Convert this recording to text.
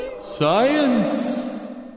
Science